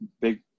big